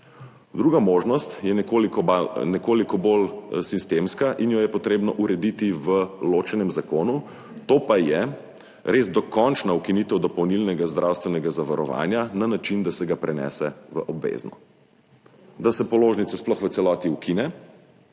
Druga možnost je nekoliko bolj sistemska in jo je treba urediti v ločenem zakonu, to pa je res dokončna ukinitev dopolnilnega zdravstvenega zavarovanja na način, da se ga prenese v obvezno, da se položnice sploh v celoti ukine,